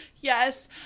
Yes